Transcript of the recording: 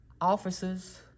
officers